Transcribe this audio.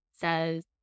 says